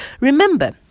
remember